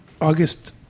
August